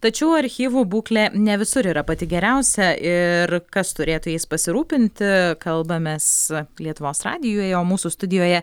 tačiau archyvų būklė ne visur yra pati geriausia ir kas turėtų jais pasirūpinti kalbamės lietuvos radijuje o mūsų studijoje